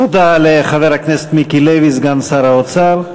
תודה לחבר הכנסת מיקי לוי סגן שר האוצר.